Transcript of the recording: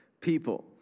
people